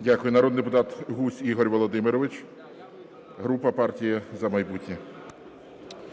Дякую. Народний депутат Гузь Ігор Володимирович, група "Партія "За майбутнє".